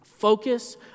focus